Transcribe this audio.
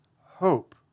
hope